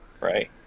Right